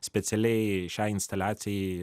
specialiai šiai instaliacijai